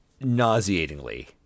nauseatingly